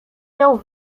miał